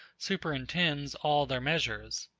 superintends all their measures.